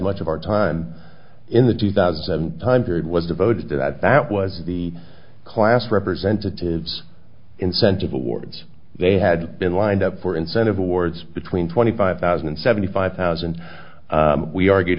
much of our time in the two thousand seven hundred was devoted to that that was the class representatives incentive awards they had been lined up for incentive awards between twenty five thousand and seventy five thousand we argued